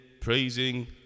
praising